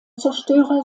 zerstörer